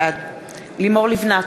בעד לימור לבנת,